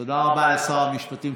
תודה רבה לשר המשפטים.